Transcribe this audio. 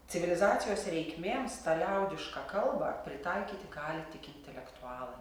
civilizacijos reikmėms tą liaudišką kalbą pritaikyti gali tik intelektualai